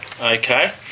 Okay